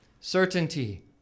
Certainty